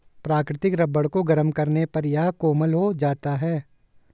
प्राकृतिक रबर को गरम करने पर यह कोमल हो जाता है